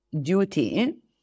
duty